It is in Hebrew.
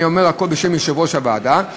אני אומר הכול בשם יושב-ראש הוועדה,